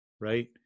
right